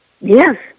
Yes